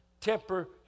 Temper